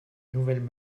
nouvelles